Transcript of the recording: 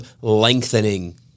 lengthening